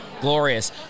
glorious